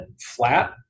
flat